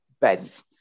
bent